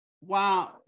Wow